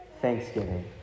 thanksgiving